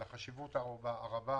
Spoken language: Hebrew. יש חשיבות רבה